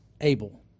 Abel